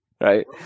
Right